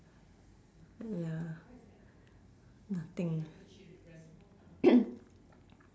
ya nothing